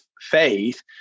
faith